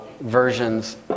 versions